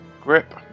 grip